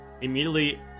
Immediately